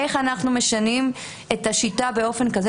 איך אנחנו משנים את השיטה באופן כזה,